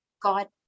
God